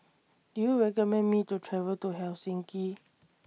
Do YOU recommend Me to travel to Helsinki